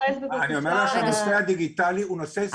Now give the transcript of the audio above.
אני אומר לך הנושא הדיגיטלי הוא נושא סופר יעיל.